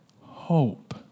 Hope